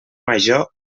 major